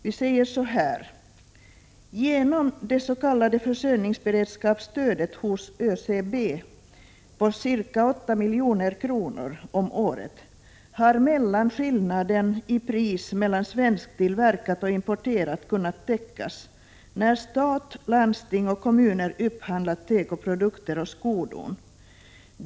Vi säger: Genom det s.k. försörjningsberedskapsstödet hos ÖCB på ca 8 milj.kr. om året har skillnaden i pris mellan svensktillverkat och importerat kunnat täckas när stat, landsting och kommuner upphandlat tekoprodukter och skodon.